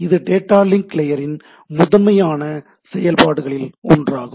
இது data link லேயரின் முதன்மையான செயல்பாடுகளில் ஒன்றாகும்